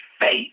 faith